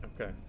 Okay